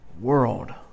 world